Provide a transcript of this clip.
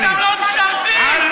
עיסאווי, אתם לא משרתים, רק אוכלי חינם.